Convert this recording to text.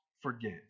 forget